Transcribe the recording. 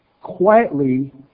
quietly